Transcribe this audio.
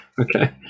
Okay